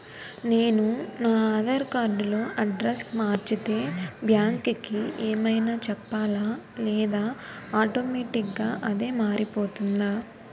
నేను నా ఆధార్ కార్డ్ లో అడ్రెస్స్ మార్చితే బ్యాంక్ కి ఏమైనా చెప్పాలా లేదా ఆటోమేటిక్గా అదే మారిపోతుందా?